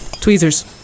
Tweezers